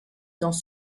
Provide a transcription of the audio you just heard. dans